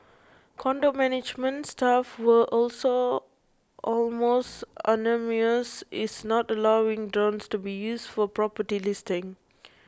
condo management staff were also almost unanimous is not allowing drones to be used for property listings